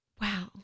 Wow